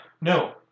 No